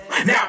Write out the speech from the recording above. Now